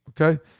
okay